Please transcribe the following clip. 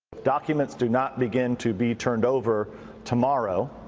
documents do not begin to be turned over tomorrow,